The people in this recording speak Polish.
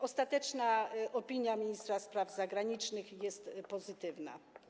Ostateczna opinia ministra spraw zagranicznych jest pozytywna.